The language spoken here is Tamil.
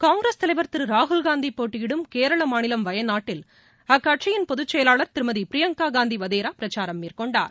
காங்கிரஸ் தலைவர் திரு ராகுல்காந்தி போட்டியிடும் கேரள மாநிலம் வயநாட்டில் அக்கட்சியின் பொதுச் செயலாளர் திருமதி பிரியங்கா காந்தி வதேரா பிரச்சாரம் மேற்கொண்டார்